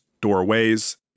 doorways